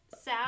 sad